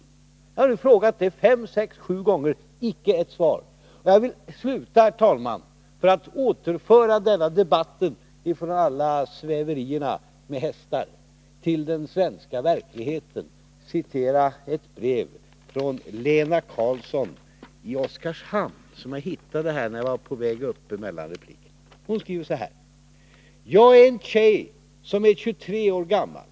Jag har frågat om detta fem, sex eller sju gånger, men jag har icke fått något svar. Herr talman! För att återföra denna debatt från alla sväverierna med hästar till den svenska verkligheten vill jag sluta med att citera ett brev från Lena Karlsson i Oskarshamn, som jag hittade när jag var på väg upp till denna replik. Hon skriver så här: ”Jag är en tjej som är 23 år gammal.